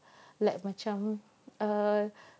like macam err